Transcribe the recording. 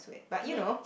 but you know